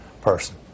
person